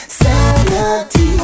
sanity